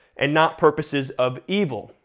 and not purposes of evil.